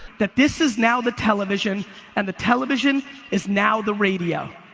that this is now the television and the television is now the radio.